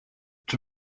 czy